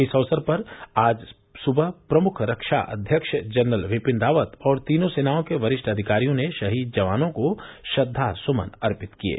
इस अवसर पर आज सुबह प्रमुख रक्षा अध्यक्ष जनरल बिपिन रावत और तीनों सेनाओं के वरिष्ठ अधिकारियों ने शहीद जवानों को श्रद्वासुमन अर्पित किये